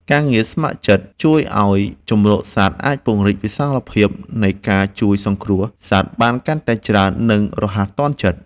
ការងារស្ម័គ្រចិត្តជួយឱ្យជម្រកសត្វអាចពង្រីកវិសាលភាពនៃការជួយសង្គ្រោះសត្វបានកាន់តែច្រើន និងរហ័សទាន់ចិត្ត។